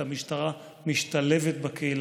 את המשטרה משתלבת בקהילה,